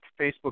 Facebook